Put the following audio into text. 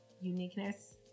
uniqueness